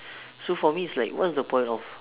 so for me it's like what's the point of